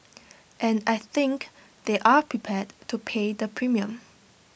and I think they're prepared to pay the premium